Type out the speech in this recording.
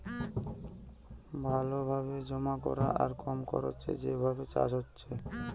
ভালো ভাবে জমা করা আর কম খরচে যে ভাবে চাষ হতিছে